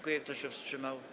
Kto się wstrzymał?